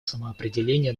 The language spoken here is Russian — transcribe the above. самоопределения